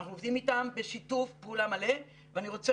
אנחנו עובדים איתם בשיתוף פעולה מלא ואני רוצה